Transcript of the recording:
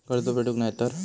कर्ज फेडूक नाय तर?